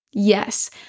Yes